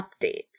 updates